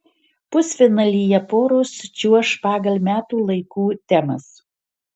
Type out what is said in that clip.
pusfinalyje poros čiuoš pagal metų laikų temas